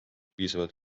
piisavalt